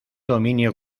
dominio